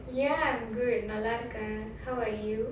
ya I'm good நல்லா இருக்கேன்:nallaa irukkaen how are you